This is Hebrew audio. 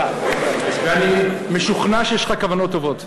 ואני משוכנע שיש לך כוונות טובות.